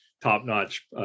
top-notch